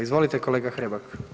Izvolite, kolega Hrebak.